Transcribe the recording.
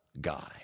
guy